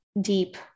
deep